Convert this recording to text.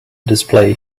display